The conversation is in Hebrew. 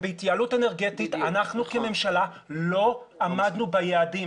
בהתייעלות אנרגטית אנחנו כממשלה לא עמדנו ביעדים.